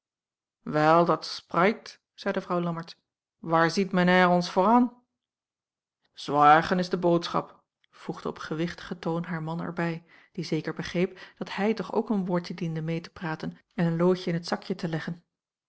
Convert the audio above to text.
wel dat spreikt zeide vrouw lammertsz waar ziet men heir ons voor aan orgen is de boodschap voegde op gewichtigen toon haar man er bij die zeker begreep dat hij toch ook een woordje diende meê te praten en een loodje in t zakje te leggen